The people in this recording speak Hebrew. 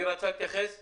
מי רצה להתייחס ומאיפה?